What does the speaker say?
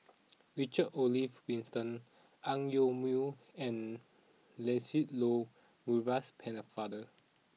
Richard Olaf Winston Ang Yoke Mooi and Lancelot Maurice Pennefather